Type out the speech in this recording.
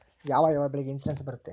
ಯಾವ ಯಾವ ಬೆಳೆಗೆ ಇನ್ಸುರೆನ್ಸ್ ಬರುತ್ತೆ?